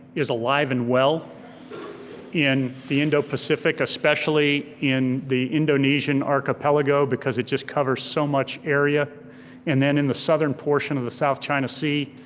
is alive and well in the indo-pacific, especially in the indonesian archipelago because it just covers so much area and then in the southern portion of the south china sea,